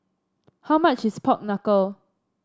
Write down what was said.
how much is Pork Knuckle